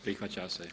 Prihvaća se.